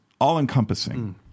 all-encompassing